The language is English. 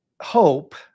hope